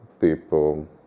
people